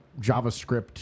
JavaScript